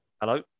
Hello